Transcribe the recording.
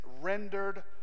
rendered